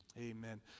Amen